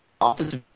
office